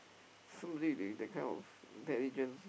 somebody they that kind of intelligence